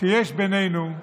שיש בינינו,